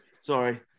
Sorry